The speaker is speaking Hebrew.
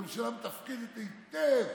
שהממשלה מתפקדת היטב,